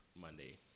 Monday